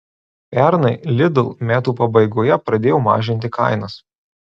pernai lidl metų pabaigoje pradėjo mažinti kainas